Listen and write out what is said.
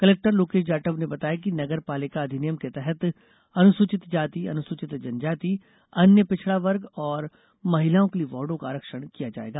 collector Lokesh Jatav ने बताया कि नगर पालिका अधिनियम के तहत अनुसूचित जाति अनुसचित जनजाति अन्य पिछड़ा वर्ग और महिलाओं के लिये वार्डों का आरक्षण किया जाएगा